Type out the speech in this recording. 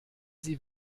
sie